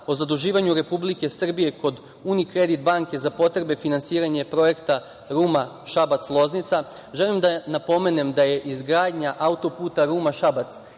o zaduživanju Republike Srbije kod UniCredit banke za potrebe finansiranja Projekta Ruma-Šabac-Loznica želim da napomenem da je izgradnja autoputa Ruma-Šabac